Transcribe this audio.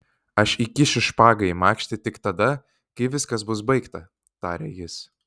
aš įkišiu špagą į makštį tik tada kai viskas bus baigta tarė jis